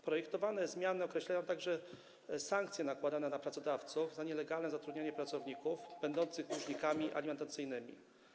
Projektowane zmiany określają także sankcje nakładane na pracodawców za nielegalne zatrudnianie pracowników będących dłużnikami alimentacyjnymi.